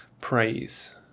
Praise